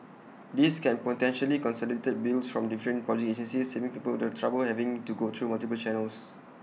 this can potentially consolidate bills from different public agencies saving people the trouble of having to go through multiple channels